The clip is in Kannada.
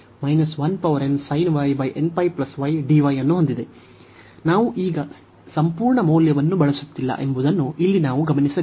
ನಾವು ಈಗ ಸಂಪೂರ್ಣ ಮೌಲ್ಯವನ್ನು ಬಳಸುತ್ತಿಲ್ಲ ಎಂಬುದನ್ನು ಇಲ್ಲಿ ನಾವು ಗಮನಿಸಬೇಕು